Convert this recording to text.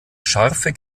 scharfe